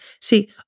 See